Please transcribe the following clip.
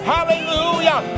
Hallelujah